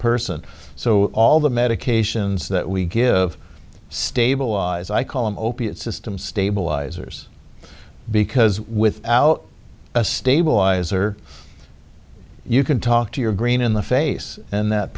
person so all the medications that we give stabilize i call an opiate system stabilizers because without a stabilizer you can talk to your green in the face and that